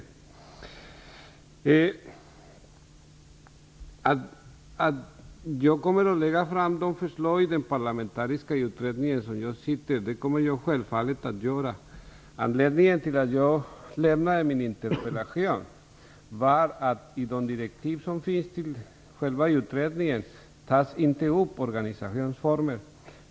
Jag kommer självfallet att lägga fram de här förslagen i den parlamentariska utredning som jag sitter med i. Anledningen till att jag framställde min interpellation var att organisationsformen inte tas upp i direktiven till utredningen.